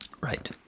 Right